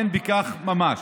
אין בכך ממש.